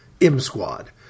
M-Squad